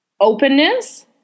openness